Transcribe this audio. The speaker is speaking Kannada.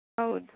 ಹೌದು